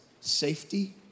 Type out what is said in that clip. safety